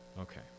okay